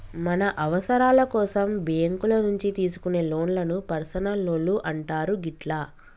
మన అవసరాల కోసం బ్యేంకుల నుంచి తీసుకునే లోన్లను పర్సనల్ లోన్లు అంటారు గిట్లా